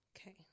Okay